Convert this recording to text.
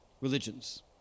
religions